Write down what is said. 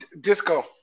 Disco